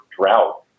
drought